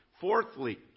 Fourthly